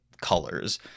colors